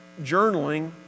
journaling